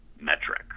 metric